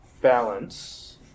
balance